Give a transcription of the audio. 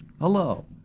Hello